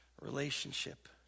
relationship